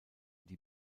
die